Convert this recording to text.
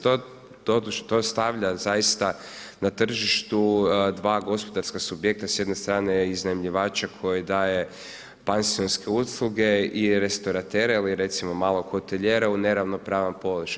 To, doduše to stavlja zaista na tržištu dva gospodarska subjekta s jedne strane iznajmljivača koji daje pansionske usluge i restoratere, ili recimo malog hotelijera u neravnopravan položaj.